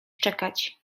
czekać